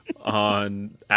on